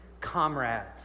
comrades